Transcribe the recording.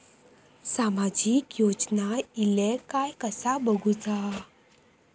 सामाजिक योजना इले काय कसा बघुचा?